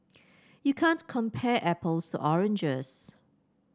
you can't compare apples to oranges